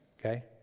Okay